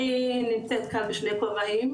אני נמצאת כאן בשני כובעים,